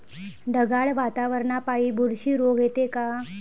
ढगाळ वातावरनापाई बुरशी रोग येते का?